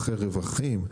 נתח רווחים,